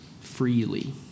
freely